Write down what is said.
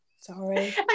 sorry